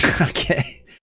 Okay